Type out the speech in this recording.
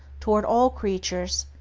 toward all creatures,